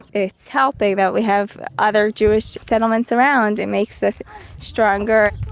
it's helping that we have other jewish settlements around. it makes us stronger.